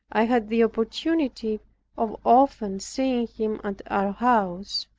i had the opportunity of often seeing him at our house.